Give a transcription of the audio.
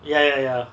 ya ya ya